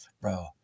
bro